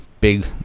big